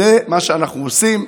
וזה מה שאנחנו רוצים.